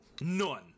none